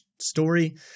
story